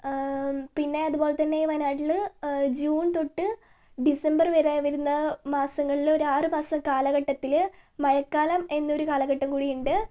പിന്നെ അതുപോലെത്തന്നെ വയനാട്ടിൽ ജൂൺ തൊട്ട് ഡിസംബർ വരെ വരുന്ന മാസങ്ങളിൽ ഒരു ആറുമാസം കാലഘട്ടത്തിൽ മഴക്കാലം എന്നൊരു കാലഘട്ടം കൂടി ഉണ്ട്